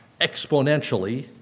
exponentially